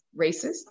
racist